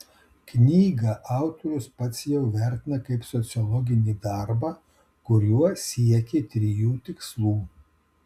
knygą autorius pats jau vertina kaip sociologinį darbą kuriuo siekė trijų tikslų